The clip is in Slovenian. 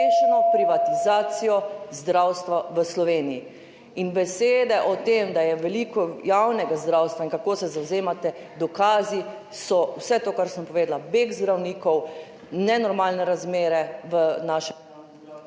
zdravstva v Sloveniji. In besede o tem, da je veliko javnega zdravstva in kako se zavzemate, dokazi so vse to, kar sem povedala, beg zdravnikov, nenormalne razmere v naši javni